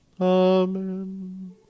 Amen